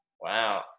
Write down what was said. Wow